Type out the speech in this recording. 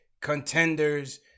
contenders